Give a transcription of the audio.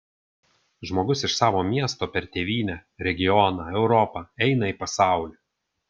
žmogus iš savo miesto per tėvynę regioną europą eina į pasaulį